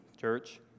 church